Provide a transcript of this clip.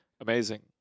Amazing